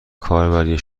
کاربری